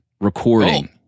Recording